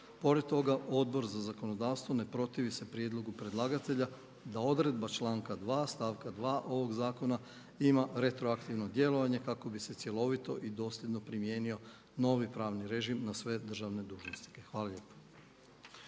Pored toga Odbor za zakonodavstvo ne protivi se prijedlogu predlagatelja da odredba članka 2. stavka 2. ovog zakona ima retroaktivno djelovanje kako bi se cjelovito i dosljedno primijenio novi pravni režim na sve državne dužnosnike. Hvala lijepo.